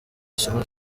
isomo